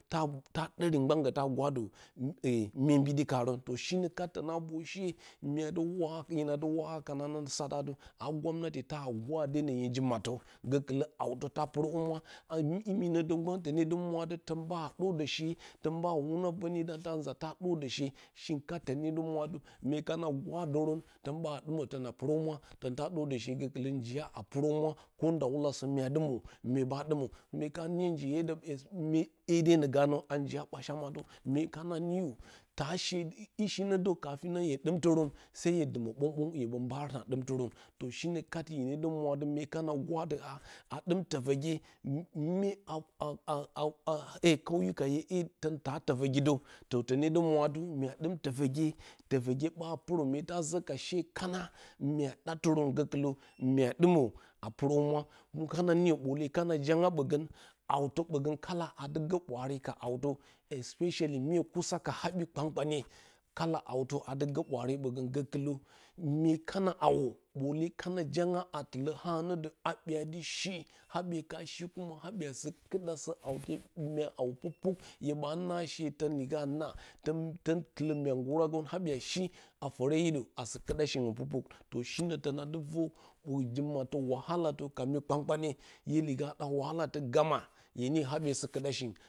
Tata ɗori gban ngita gwadə e mye mbidi karə to shinə kat tona vor she mye dɨ wa hina dɨ w akan a no sataji ai gomnati taa gwadenə hin mattə go kɨlə hautə ta rohumwa a imi nə də gban tone dɨ mwa dɨ ton baa dordə she ton ɓa wuna ronye ton ɓanza ta dordə she shiungnkat tone dɨ mwa dɨ myekana gwadorə ton ɓa dɨmə tona purohumwa ton ta dordə she gokulə njiya a purohumura kondawulasə mua dɨ mwo mye ɓa dɨmə mye ka niyə da mi hedenə ganə a njiya bashama mye kana niyə ta shi ishi nə də kafin hye dɨm tɨrən sai hye dumə ɓənɓən hye ɓo mbarən a dɨmderə to shinə kad hinə dɨ mura dɨ myey kana gwadəna a dɨm tofo ge mye a a a a i ko iye ton ta tofigi də tone dɨ mwa dɨ ta ɗɨm tofoge tofoge ɓa purə mye ta zo ka she kana mya ɗa terə gokulə mya dɨmə a purə humwa hun kana niyə ɓole kana jangua ɓogən hautə ɓogə kala adɨ gə ɓwaare ka hauta especially mye kusa ka habiye kpankpanye kala haudə a dɨ ɓwaare ɓogə gokilə mye kana hawo ɓole kana jangyo a tilə ha nə də habye a dɨ shi habye ka shi kuma habye sɨ kɨɗa sɨ haute mya hawo pukpuk hye ɓa naashe ton nah ton ton tilə wya ngura habye shi a fore hidə a sɨ kɨɗa shinang puk puk to shinə tona dɨ vor nji maltə wahala ka mui kpankannye hye riga a wahala hye niyə habye sɨ kɨda shinang.